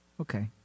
okay